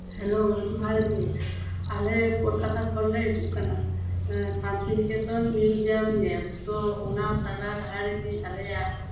hello ᱡᱚᱦᱟᱨᱜᱮ ᱟᱞᱮ ᱠᱚᱞᱠᱟᱛᱟ ᱠᱷᱚᱱᱞᱮ ᱦᱤᱡᱩᱜ ᱠᱟᱱᱟ ᱮᱫ ᱥᱟᱱᱛᱤᱱᱤᱠᱮᱛᱚᱱ ᱢᱤᱭᱩᱡᱤᱭᱟᱢ ᱧᱮᱞ ᱛᱚ ᱚᱱᱟ ᱛᱟᱞᱟ ᱰᱟᱦᱟᱨ ᱨᱮᱜᱮ ᱟᱞᱮᱭᱟᱜ